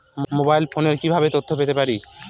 Mobile ফোনে কিভাবে তথ্য পেতে পারি?